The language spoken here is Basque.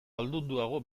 ahaldunduago